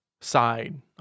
side